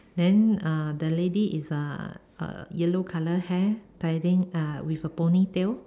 then uh the lady is uh uh yellow color hair tying uh with a ponytail